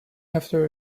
after